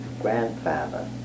grandfather